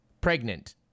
pregnant